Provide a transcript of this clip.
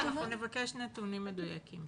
אנחנו נבקש נתונים מדויקים.